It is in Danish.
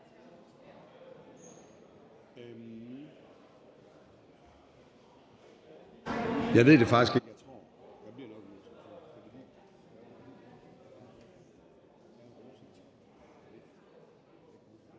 jeg ved faktisk ikke,